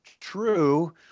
true